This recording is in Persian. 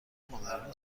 مادران